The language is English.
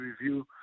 review